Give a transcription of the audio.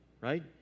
right